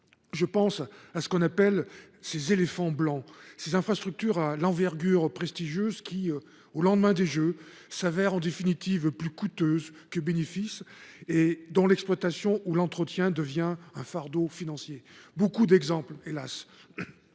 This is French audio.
Je pense aux fameux « éléphants blancs », ces infrastructures à l’envergure prestigieuse qui, au lendemain des Jeux, se révèlent en définitive plus coûteuses que bénéfiques et dont l’exploitation ou l’entretien devient un fardeau financier. Il en est de